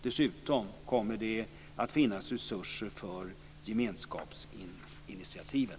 Dessutom kommer det att finnas resurser för gemensskapsinitiativen.